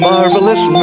Marvelous